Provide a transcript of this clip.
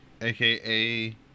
aka